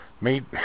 made